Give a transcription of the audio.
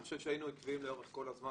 אני חושב שהיינו עקביים לאורך כל הזמן